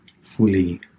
fully